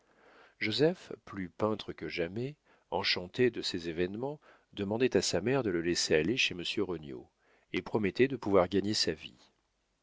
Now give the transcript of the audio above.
joseph plus peintre que jamais enchanté de ces événements demandait à sa mère de le laisser aller chez m regnauld et promettait de pouvoir gagner sa vie